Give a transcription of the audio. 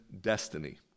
destiny